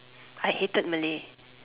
I hated Malay